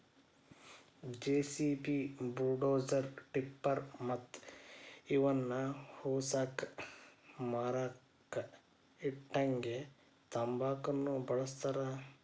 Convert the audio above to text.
JCB, bulldozer, tipper ಮತ್ತ ಇವನ್ ಉಸಕ ಮರಳ ಇಟ್ಟಂಗಿ ತುಂಬಾಕುನು ಬಳಸ್ತಾರ